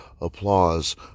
applause